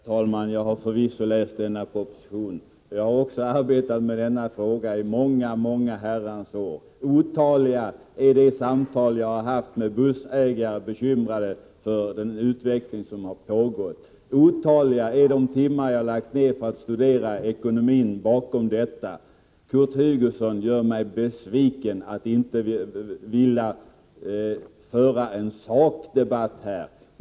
Herr talman! Jag har förvisso läst propositionen och har för övrigt arbetat med denna fråga i många Herrans år. Otaliga är de samtal som jag har haft med bussägare, som varit bekymrade över den pågående utvecklingen. Otaliga är de timmar som jag har lagt ned på att studera ekonomin bakom detta. Kurt Hugosson gör mig besviken genom att inte vilja föra en sakdebatt.